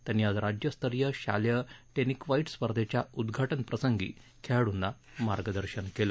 त्यांनी आज राज्यस्तरीय शालेय टेनिक्वाईट स्पर्धेच्या उदघाटन प्रसंगी खेळाड्रंना मार्गदर्शन केलं